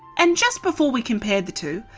and just before we compare the two,